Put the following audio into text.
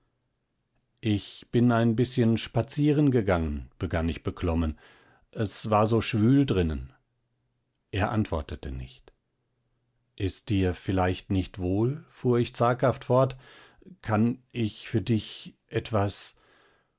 ich bin ein bißchen spazieren gegangen begann ich beklommen es war so schwül drinnen er antwortete nicht ist dir vielleicht nicht wohl fuhr ich zaghaft fort kann ich für dich etwas